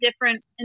different